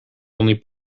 only